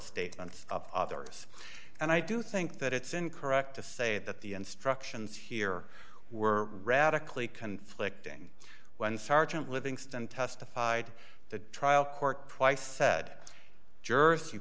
statements of others and i do think that it's incorrect to say that the instructions here were radically conflicting when sergeant livingston testified the trial court twice said jervis you